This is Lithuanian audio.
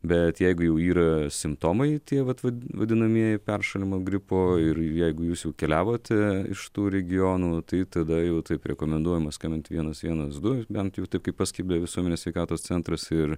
bet jeigu jau yra simptomai tie vat vat vadinamieji peršalimo gripo ir ir jeigu jūs jau keliavote iš tų regionų tai tada jau taip rekomenduojama skambinti vienas vienas du bent jau taip kaip paskelbė visuomenės sveikatos centras ir